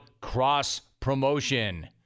cross-promotion